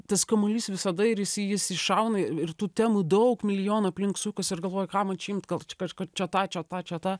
tas kamuolys visada ir jis jis iššauna i ir tų temų daug milijona aplink sukas ir galvoju ką man čia imt gal čia kažkur čia tą čia tą čia tą